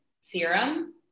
serum